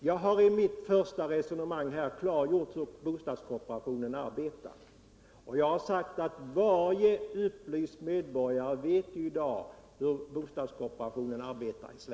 Jag har i mitt första inlägg klargjort bostadskooperationens arbetsformer, och jag sade därvid att varje upplyst medborgare i dag vet hur bostadskooperationen i Sverige arbetar.